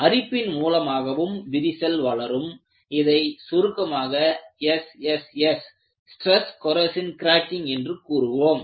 அரிப்பின் மூலமாகவும் விரிசல் வளரும் இதை சுருக்கமாக SSS என்று கூறுவோம்